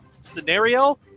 scenario